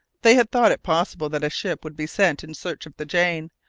they had thought it possible that a ship would be sent in search of the jane.